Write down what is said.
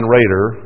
Rader